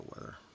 weather